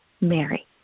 Mary